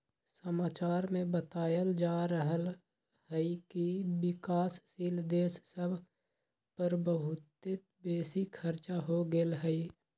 समाचार में बतायल जा रहल हइकि विकासशील देश सभ पर बहुते बेशी खरचा हो गेल हइ